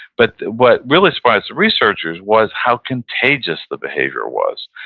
but what really surprised the researchers was how contagious the behavior was,